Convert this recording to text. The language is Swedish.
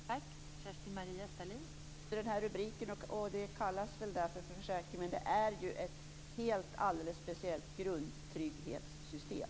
Fru talman! Det är behandlat under den här rubriken och kallas därför för försäkring, men det är fråga om ett alldeles speciellt grundtrygghetssystem.